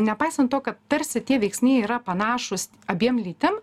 nepaisant to kad tarsi tie veiksniai yra panašūs abiem lytim